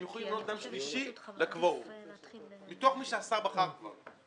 הם יכולים למנות אדם שלישי לקוורום מתוך מי שהשר כבר בחר.